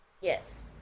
Yes